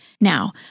Now